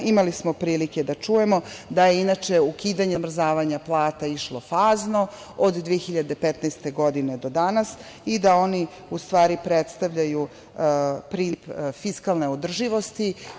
Imali smo prilike da čujemo da je, inače, ukidanje zamrzavanja plata išlo fazno od 2015. godine do danas i da oni u stavi predstavljaju princip fiskalne održivosti.